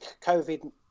COVID